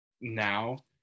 now